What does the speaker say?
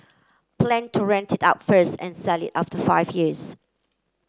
plan to rent it out first and sell it after five years